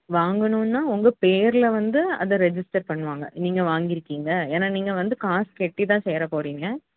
வாங்கணுன்னால் உங்கள் பேரில் வந்து அதை ரெஜிஸ்டர் பண்ணுவாங்க நீங்கள் வாங்கியிருக்கீங்க ஏன்னால் நீங்கள் வந்து காசு கட்டிதான் சேர போகிறீங்க